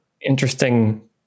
interesting